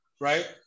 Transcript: right